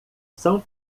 são